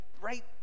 right